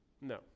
No